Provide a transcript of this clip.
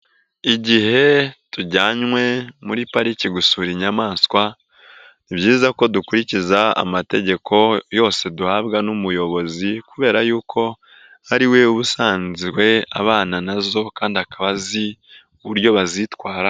Igihe tujyanywe muri pariki gusura inyamaswa, ni byiza ko dukurikiza amategeko yose duhabwa n'umuyobozi kubera y'uko ariwe usanzwe abana nazo kandi akaba azi uburyo bazitwaraho.